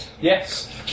Yes